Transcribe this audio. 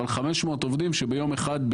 אבל 500 עובדים שביום אחד,